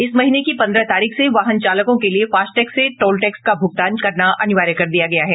इस महीने की पंद्रह तारीख से वाहन चालकों के लिए फास्टैग से टोलटैक्स का भुगतान करना अनिवार्य कर दिया गया है